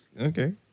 Okay